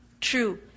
true